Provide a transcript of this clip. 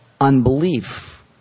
unbelief